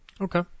Okay